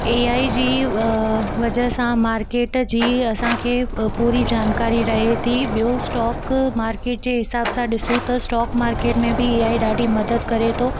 AI जी वजह सां मार्केट जी असांखे पूरी जानकारी रहे थी ॿियो स्टॉक मार्केट जे हिसाब सां ॾिसूं त स्टॉक मार्केट में बि एआई ॾाढी मदद करे थो